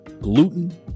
gluten